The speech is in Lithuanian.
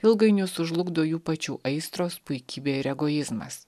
ilgainiui sužlugdo jų pačių aistros puikybė ir egoizmas